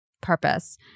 purpose